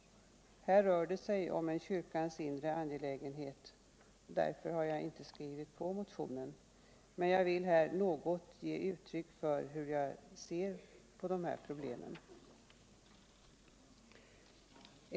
Här rör det sig om en kyrkans inre angelägenhet. Därför har jag inte skrivit på motionen, men jag vill här något ge uttryck för hur jag ser på de här problemen.